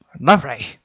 Lovely